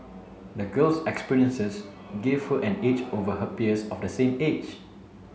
the girl's experiences give her an edge over her peers of the same age